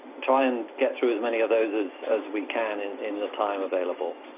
try and get through as many of those as as we can in in the time available.